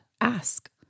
ask